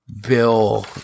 Bill